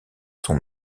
son